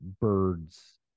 birds